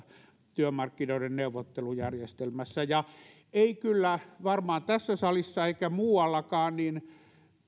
työmarkkinoiden neuvottelujärjestelmässä ei kyllä varmaan tässä salissa eikä muuallakaan